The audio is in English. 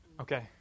Okay